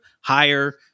higher